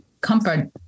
comfort